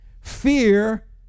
Fear